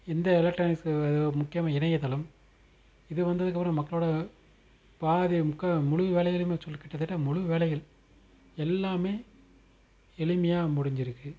இந்த எலக்ட்ரானிக்ஸ் அது முக்கியமாக இணையதளம் இது வந்ததுக்கப்புறம் மக்களோடய பாதி முக்கால் முழு வேலைகளுமே சொ கிட்டதட்ட முழுவேலைகள் எல்லாமே எளிமையாக முடிஞ்சிருக்குது